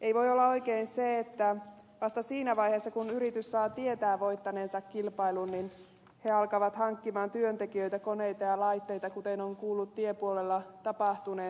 ei voi olla oikein se että vasta siinä vaiheessa kun yritys saa tietää voittaneensa kilpailun se alkaa hankkia työntekijöitä koneita ja laitteita kuten on kuullut tiepuolella tapahtuneen